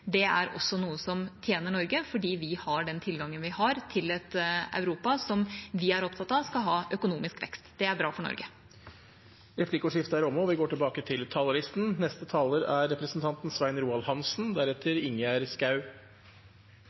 er noe som også tjener Norge, fordi vi har den tilgangen vi har til et Europa som vi er opptatt av skal ha økonomisk vekst. Det er bra for Norge. Replikkordskiftet er omme. Representanten Tybring-Gjedde spurte hvorfor Norge alltid skal gi mest til internasjonale organisasjoner. Det er